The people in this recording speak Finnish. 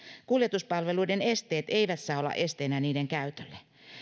kuljetuspalveluiden esteet eivät saa olla esteenä niiden käytölle